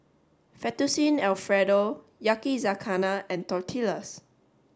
Fettuccine Alfredo Yakizakana and Tortillas